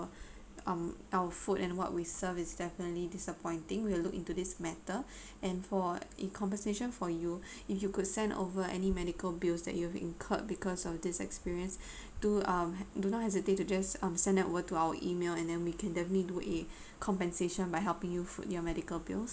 um our food and what we served is definitely disappointing we'll look into this matter and for a compensation for you if you could send over any medical bills that you have incurred because of this experience do um do not hesitate to just um send them over to our email and then we can definitely do a compensation by helping you food your medical bills